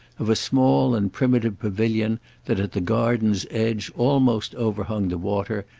of a small and primitive pavilion that, at the garden's edge, almost overhung the water,